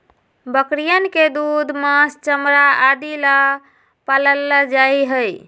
बकरियन के दूध, माँस, चमड़ा आदि ला पाल्ल जाहई